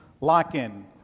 lock-in